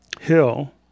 Hill